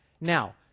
Now